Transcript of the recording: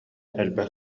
элбэх